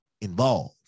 involved